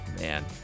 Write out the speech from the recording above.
Man